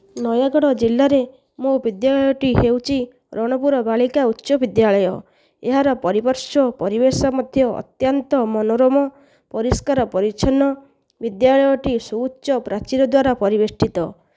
ନୟଗଡ଼ ଜିଲ୍ଲାରେ ମୋ ବିଦ୍ୟାଳୟଟି ହେଉଛି ରଣପୁର ବାଳିକା ଉଚ୍ଚ ବିଦ୍ୟାଳୟ ଏହାର ପରିପାର୍ଶ୍ଵ ପରିବେଶ ମଧ୍ୟ ଅତ୍ୟନ୍ତ ମନୋରମ ପରିଷ୍କାର ପରିଚ୍ଛନ୍ନ ବିଦ୍ୟାଳୟଟି ସୁଉଚ୍ଚ ପ୍ରାଚୀର ଦ୍ଵାରା ପରିବେଷ୍ଟିତ